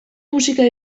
musika